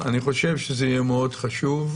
אני חושב שזה יהיה מאוד חשוב.